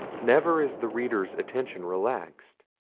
never is the reader's attention relaxed.